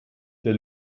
der